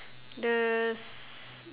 the s~